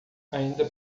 ainda